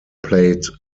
played